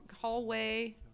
hallway